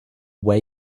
way